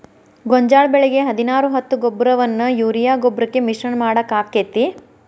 ಗೋಂಜಾಳ ಬೆಳಿಗೆ ಹದಿನಾರು ಹತ್ತು ಗೊಬ್ಬರವನ್ನು ಯೂರಿಯಾ ಗೊಬ್ಬರಕ್ಕೆ ಮಿಶ್ರಣ ಮಾಡಾಕ ಆಕ್ಕೆತಿ?